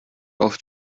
oft